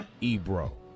eBro